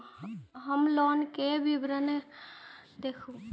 हम लोन के विवरण के देखब?